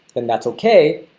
then that's okay.